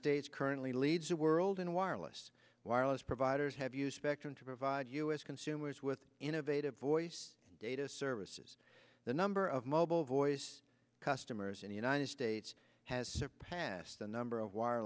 states currently leads the world in wireless wireless providers have you spectrum to provide us consumers with innovative voice data services the number of mobile voice customers in the united states has surpassed the number of